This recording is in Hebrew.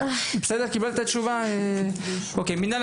בבקשה, מינהל